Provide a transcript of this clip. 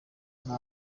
natwe